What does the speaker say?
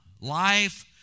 Life